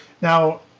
Now